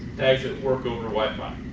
tags that work over to wi-fi,